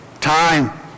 time